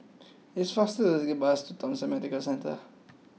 it is faster to take the bus to Thomson Medical Centre